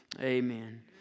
Amen